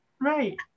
Right